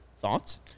Thoughts